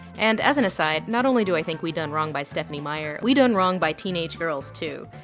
and as an aside not only do i think we done wrong by stephenie meyer, we done wrong by teenage girls too.